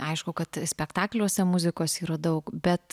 aišku kad spektakliuose muzikos yra daug bet